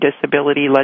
disability